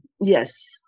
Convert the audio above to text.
Yes